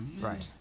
Right